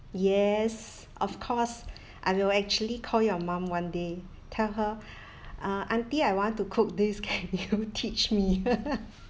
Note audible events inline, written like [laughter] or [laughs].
yes of course I will actually call your mum one day tell her uh aunty I want to cook this can you teach me [laughs]